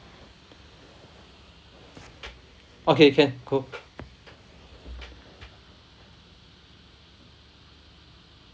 okay can go